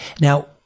Now